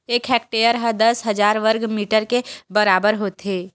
एक हेक्टेअर हा दस हजार वर्ग मीटर के बराबर होथे